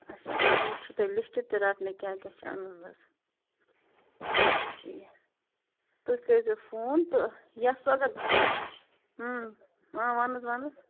اَچھا اَچھا ؤنہِ چھُو تۄہہِ لِسٹہٕ تہِ رَٹنٕے کیٛاہ کیٛاہ چھُ اَنُن حظ اَچھا ٹھیٖک تُہۍ کٔرۍ زیٚو فون تہٕ یا سُہ اگر وَن حظ وَن حظ